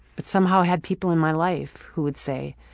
but somehow had people in my life who would say,